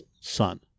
son